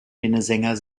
minnesänger